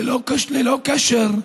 ללא קשר,